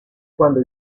cuando